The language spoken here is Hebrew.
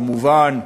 כמובן,